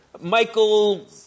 Michael